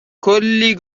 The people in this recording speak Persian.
کلی